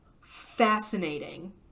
fascinating